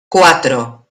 cuatro